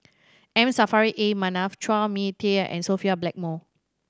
M Saffri A Manaf Chua Mia Tee and Sophia Blackmore